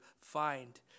find